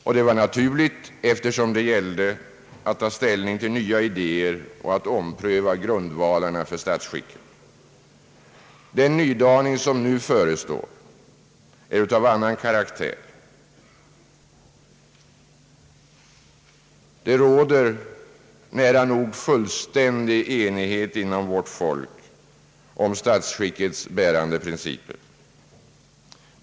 Detta var naturligt, eftersom det gällde att ta ställning till nya idéer och att ompröva grundvalarna för statsskicket. Den nydaning som nu förestår är av annan karaktär. Det råder nära nog fullständig enighet inom vårt folk angående statsskickets bärande principer.